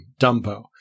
Dumbo